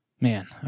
man